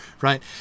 right